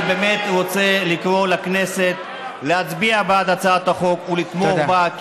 אני באמת רוצה לקרוא לכנסת להצביע בעד הצעת החוק ולתמוך בה,